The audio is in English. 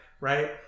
right